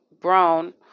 brown